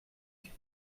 que